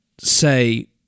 say